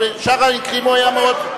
אבל בשאר המקרים הוא היה מאוד,